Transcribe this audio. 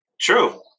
true